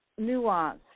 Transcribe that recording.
nuanced